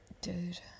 Dude